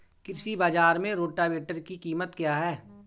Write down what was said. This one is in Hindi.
कृषि बाजार में रोटावेटर की कीमत क्या है?